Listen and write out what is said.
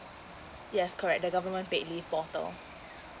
yes correct the government paid leave portal